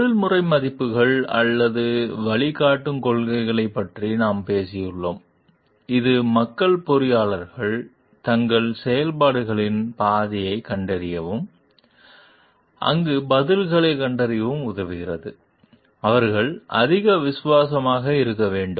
தொழில்முறை மதிப்புகள் அல்லது வழிகாட்டும் கொள்கைகளைப் பற்றி நாம் பேசியுள்ளோம் இது மக்கள் பொறியியலாளர்கள் தங்கள் செயல்பாடுகளின் பாதையைக் கண்டறியவும் அங்கு பதிலைக் கண்டறியவும் உதவுகிறது அவர்கள் அதிக விசுவாசமாக இருக்க வேண்டும்